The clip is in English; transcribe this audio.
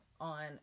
on